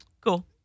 cool